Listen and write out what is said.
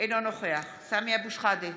אינו נוכח סמי אבו שחאדה,